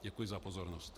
Děkuji za pozornost.